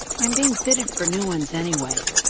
i'm being fitted for new ones anyway.